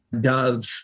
Dove